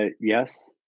yes